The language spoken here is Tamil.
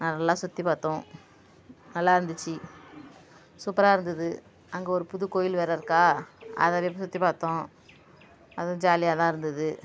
நல்லா சுற்றி பார்த்தோம் நல்லா இருந்துச்சு சூப்பராக இருந்தது அங்கே ஒரு புது கோயில் வேறு இருக்கா அதை போய் சுற்றி பார்த்தோம் அதுவும் ஜாலியாக தான் இருந்தது